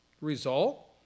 Result